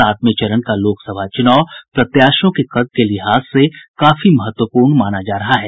सातवें चरण का लोकसभा चुनाव प्रत्याशियों के कद के लिहाज से काफी महत्वपूर्ण माना जा रहा है